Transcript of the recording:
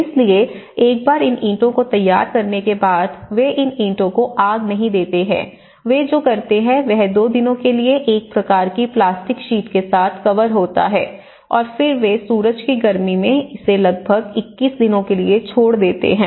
इसलिए एक बार इन ईंटों को तैयार करने के बाद वे इन ईंटों को आग नहीं देते हैं वे जो करते हैं वह दो दिनों के लिए एक प्रकार की प्लास्टिक शीट के साथ कवर होता है और फिर वे सूरज की गर्मी में इसे लगभग 21 दिनों के लिए छोड़ देते हैं